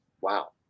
Wow